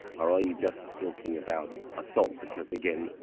or are you just talking about assault? because again,